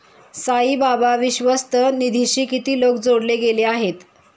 साईबाबा विश्वस्त निधीशी किती लोक जोडले गेले आहेत?